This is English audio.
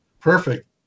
Perfect